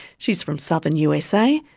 she's from southern usa,